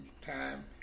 time